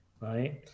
right